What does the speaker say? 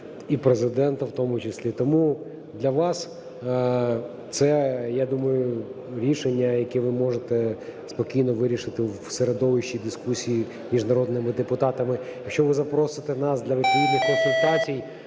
і Президента в тому числі. Тому для вас це, я думаю, рішення, яке ви можете спокійно вирішити в середовищі дискусії між народними депутатами. Якщо ви запросите нас для відповідних консультацій,